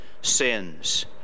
sins